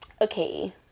okay